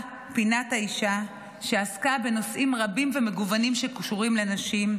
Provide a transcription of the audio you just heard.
"פינת האישה" ועסקה בנושאים רבים ומגוונים שקשורים לנשים,